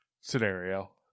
scenario